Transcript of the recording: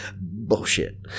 Bullshit